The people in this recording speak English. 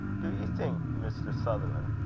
do ye think, mr. sutherlan',